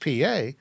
PA